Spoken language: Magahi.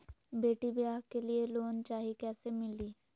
बेटी ब्याह के लिए लोन चाही, कैसे मिली?